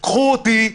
קחו אותי,